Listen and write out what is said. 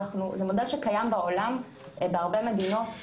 זה מודל שקיים בעולם בהרבה מדינות.